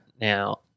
Now